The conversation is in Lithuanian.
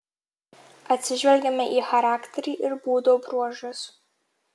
atsižvelgiame į charakterį ir būdo bruožus